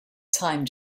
time